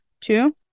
two